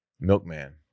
milkman